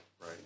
right